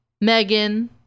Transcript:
megan